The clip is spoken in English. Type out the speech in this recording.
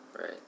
Right